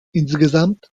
insgesamt